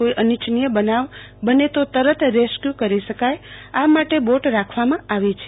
કોઈ અનિચ્છનીય બનાવ બને તો તરત રેસ્કયુ કરી શકાય માટે આ બોટ રાખવામાં આવી છે